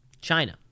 China